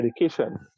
education